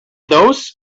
those